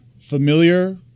familiar